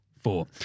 four